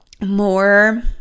more